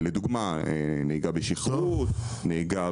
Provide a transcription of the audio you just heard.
לדוגמה, נהיגה בשכרות, נהיגה